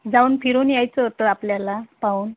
जाऊन फिरून यायचं होतं आपल्याला पाहून